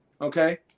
Okay